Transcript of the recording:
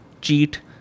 cheat